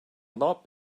lot